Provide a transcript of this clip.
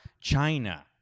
China